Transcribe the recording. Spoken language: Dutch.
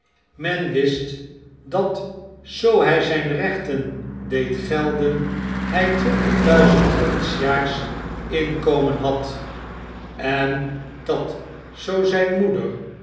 men wist dat zoo hij zyn rechten deed gelden hy twintigduizend pond s jaars inkomen had en dat zoo zijn moeder